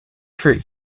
for